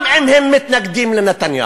גם אם הם מתנגדים לנתניהו.